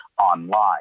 online